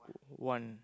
one